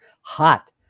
hot